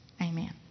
Amen